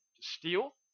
steal